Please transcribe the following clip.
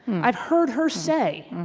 i've heard her say,